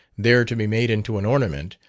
there to be made into an ornament,